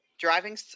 Driving